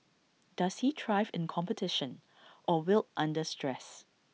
does he thrive in competition or wilt under stress